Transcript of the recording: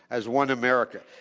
as one america.